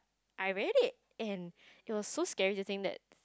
I read it and it was so scary to think that